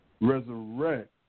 Resurrect